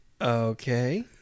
Okay